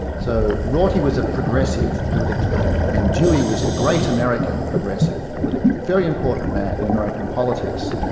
so, rorty was a progressive politically, and dewey was the great american progressive politically. very important man in american politics.